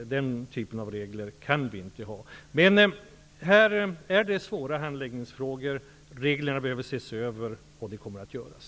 Den typen av regler kan vi inte ha. Det rör sig här om svåra handläggningsfrågor. Reglerna behöver ses över, och det kommer att göras.